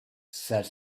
said